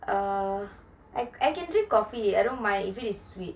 uh I can drink coffee I don't mind if it is sweet